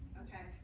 ok?